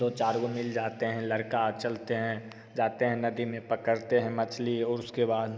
दो चार गो मिल जाते हैं लड़का चलते हैं जाते हैं नदी में पकड़ते हैं मछली और उसके बाद